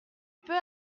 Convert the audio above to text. peux